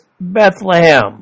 Bethlehem